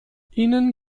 ihnen